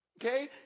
Okay